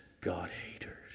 God-haters